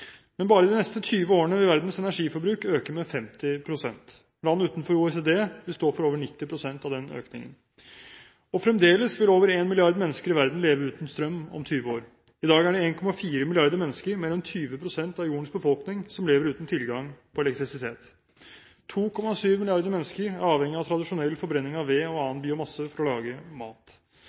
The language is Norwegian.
Men bare de neste 20 årene vil verdens energiforbruk øke med 50 pst. Land utenfor OECD vil stå for over 90 pst. av den økningen. Fremdeles vil over en milliard mennesker i verden leve uten strøm om 20 år. I dag er det 1,4 milliarder mennesker – mer enn 20 pst. av jordens befolkning – som lever uten tilgang på elektrisitet. 2,7 milliarder mennesker er avhengig av tradisjonell forbrenning av ved og annen biomasse for å lage mat.